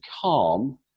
calm